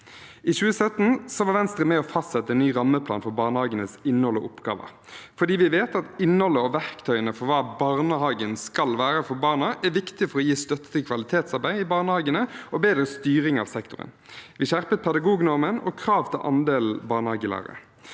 I 2017 var Venstre med på å fastsette en ny rammeplan for barnehagenes innhold og oppgaver, for vi vet at innholdet og verktøyene for hva barnehagen skal være for barnet, er viktig for å gi støtte til kvalitetsarbeid i barnehagene og bedre styring av sektoren. Vi skjerpet pedagognormen og kravet til andelen barnehagelærere.